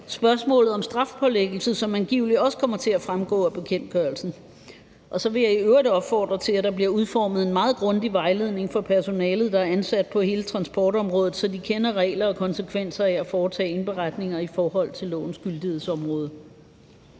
spørgsmålet om strafpålæggelse, som angiveligt også kommer til at fremgå af bekendtgørelsen. Så vil jeg i øvrigt opfordre til, at der bliver udformet en meget grundig vejledning for personalet, der er ansat på hele transportområdet, så de kender reglerne og konsekvenserne af at foretage indberetninger i forhold til lovens gyldighedsområde.